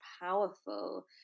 powerful